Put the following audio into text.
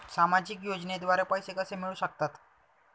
सामाजिक योजनेद्वारे पैसे कसे मिळू शकतात?